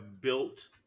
built